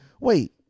wait